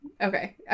Okay